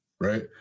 right